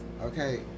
Okay